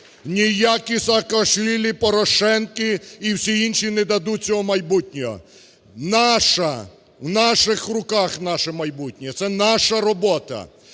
ніякі саакашвілі, порошенки і всі інші не дадуть цього майбутнього. Наша… в наших руках наше майбутнє, це наша робота.